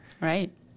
Right